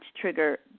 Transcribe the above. trigger